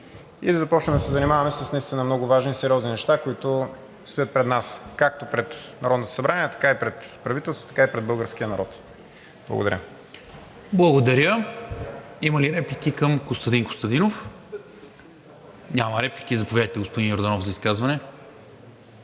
и да започнем да се занимаваме с наистина много важни и сериозни неща, които стоят пред нас – както пред Народното събрание, така пред правителството, така и пред българския народ. Благодаря ПРЕДСЕДАТЕЛ НИКОЛА МИНЧЕВ: Благодаря. Има ли реплики към Костадин Костадинов? Няма. Заповядайте, господин Йорданов, за изказване.